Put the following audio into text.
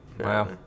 Wow